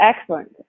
excellent